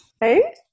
hey